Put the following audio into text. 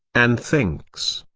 and thinks.